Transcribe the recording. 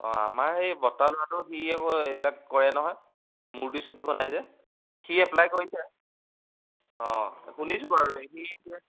অঁ আমাৰ সেই বৰ্তাৰ ল'ৰাটো সি এইবিলাক কৰে নহয় মূৰ্তি চুটি বনাই যে সি এপ্লাই কৰিছে অঁ শুনিছোঁ বাৰু সি